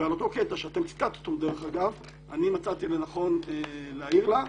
ועל אותו קטע, שציטטתם, מצאתי לנכון להעיר לה.